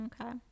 Okay